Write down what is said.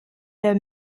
der